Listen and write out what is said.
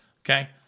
Okay